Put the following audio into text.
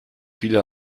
viele